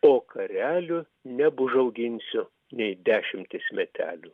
o karelio nebužauginsiu nei dešimtis metelių